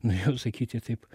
norėjau sakyti taip